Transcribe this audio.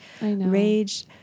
rage